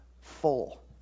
full